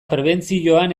prebentzioan